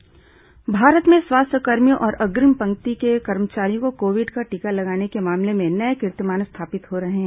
corona समाचार भारत में स्वास्थ्यकर्मियों और अग्रिम पंक्ति के कर्मचारियों को कोविड का टीका लगाने के मामले में नये कीर्तिमान स्थापित हो रहे हैं